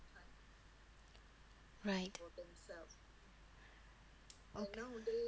right